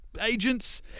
agents